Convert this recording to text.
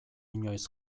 inoiz